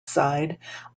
side